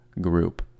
group